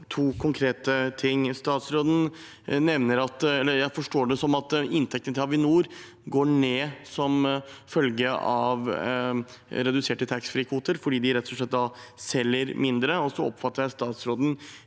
to konkrete ting. Jeg forstår det sånn at inntektene til Avinor går ned som følge av reduserte taxfree-kvoter, fordi de rett og slett selger mindre, og jeg oppfatter statsråden